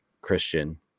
Christian